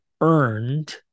earned